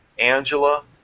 Angela